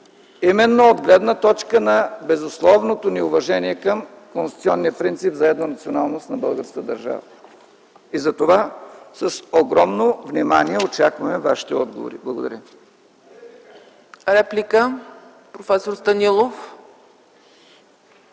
именно от гледна точка на безусловното ни уважение към конституционния принцип за еднонационалност на българската държава. Затова с огромно внимание очакваме вашите отговори. Благодаря